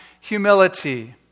humility